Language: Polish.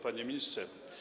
Panie Ministrze!